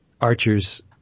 Archer's